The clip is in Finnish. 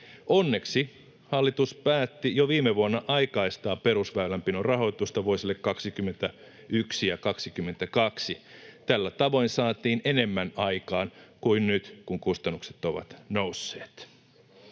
Onneksi hallitus päätti jo viime vuonna aikaistaa perusväylänpidon rahoitusta vuosille 21 ja 22. Tällä tavoin saatiin enemmän aikaan kuin nyt, kun kustannukset ovat nousseet.